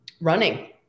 running